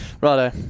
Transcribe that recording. righto